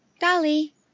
Dolly